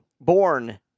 born